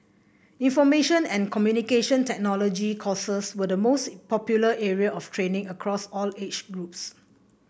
Information and Communication Technology courses were the most popular area of training across all age groups